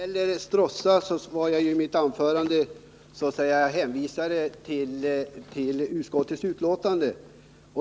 Herr talman! När det gäller mineralprocesslaboratiet i Stråssa hänvisade jag i mitt anförande till utskottets betänkande.